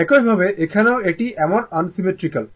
একইভাবে এখানেও এটি এমন আনসিমেট্রিক্যাল